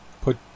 put